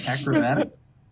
Acrobatics